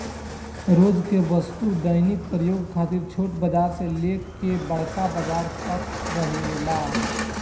रोज के वस्तु दैनिक प्रयोग खातिर छोट बाजार से लेके बड़का बाजार तक में रहेला